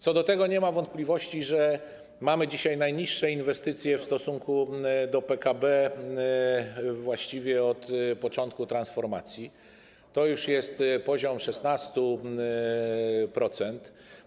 Co do tego nie ma wątpliwości, że mamy dzisiaj najniższy wzrost inwestycji w stosunku do PKB właściwie od początku transformacji, to jest poziom 16%.